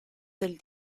del